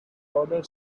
broader